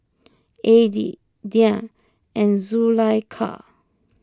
Adi Dian and Zulaikha